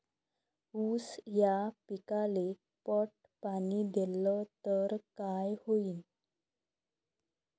ऊस या पिकाले पट पाणी देल्ल तर काय होईन?